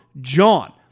JOHN